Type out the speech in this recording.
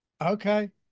Okay